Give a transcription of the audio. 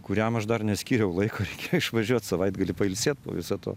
kuriam aš dar neskyriau laiko reikėjo išvažiuot savaitgalį pailsėt po viso to